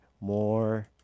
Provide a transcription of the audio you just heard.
more